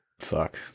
Fuck